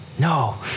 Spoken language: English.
no